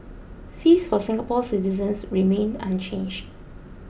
fees for Singapore citizens remain unchanged